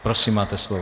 Prosím, máte slovo.